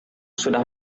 sudah